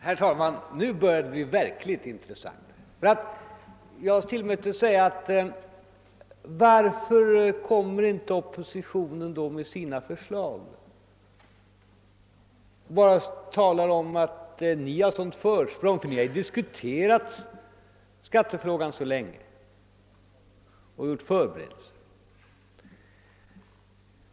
Herr talman! Nu börjar det bli verkligt intressant. Jag tillåter mig fråga: Varför lägger då inte oppositionen fram sina förslag? Ni talar bara om det försprång vi haft därför att vi så länge diskuterat och förberett skattefrågan.